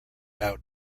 out